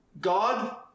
God